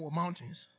mountains